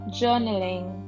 journaling